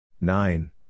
Nine